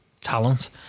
talent